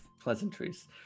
pleasantries